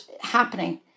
happening